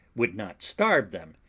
would not starve them,